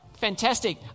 Fantastic